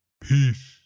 Peace